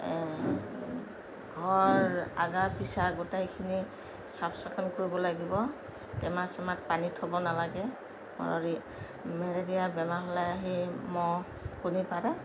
ঘৰ আগা পিছা গোটেইখিনি চাফ চিকুণ কৰিব লাগিব টেমা চেমাত পানী থ'ব নালাগে মেলেৰিয়া বেমাৰ হ'লে আহি মহ কণী পাৰে